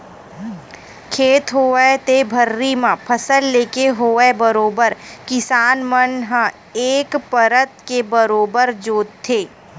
खेत होवय ते भर्री म फसल लेके होवय बरोबर किसान मन ह एक परत के बरोबर जोंतथे